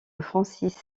francis